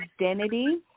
identity